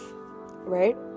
right